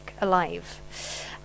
Alive